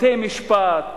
בתי-משפט,